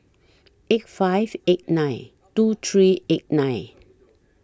eight five eight nine two three eight nine